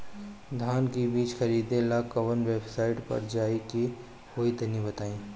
धान का बीज खरीदे ला काउन वेबसाइट पर जाए के होई तनि बताई?